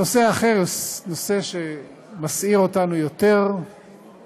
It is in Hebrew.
הנושא האחר הוא נושא שמסעיר אותנו יותר שנים,